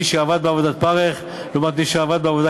מי שעבד בעבודת פרך לעומת מי שעבד בעבודה